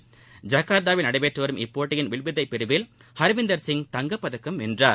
ஐகர்த்தாவில் நடைபெற்று வரும் இப்போட்டியின் வில்வித்தை பிரிவில் ஹர்விந்தர்சிங் தங்கப்பதக்கம் வென்றார்